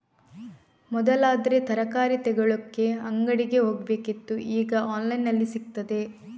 ಮೊದಲಾದ್ರೆ ತರಕಾರಿ ತಗೊಳ್ಳಿಕ್ಕೆ ಅಂಗಡಿಗೆ ಹೋಗ್ಬೇಕಿತ್ತು ಈಗ ಆನ್ಲೈನಿನಲ್ಲಿ ಸಿಗ್ತದೆ